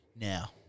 Now